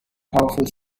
powerful